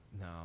no